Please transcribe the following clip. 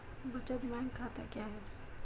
बचत बैंक खाता क्या है?